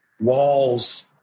Walls